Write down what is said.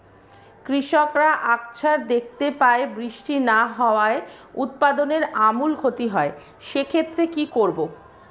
কৃষকরা আকছার দেখতে পায় বৃষ্টি না হওয়ায় উৎপাদনের আমূল ক্ষতি হয়, সে ক্ষেত্রে কি করব?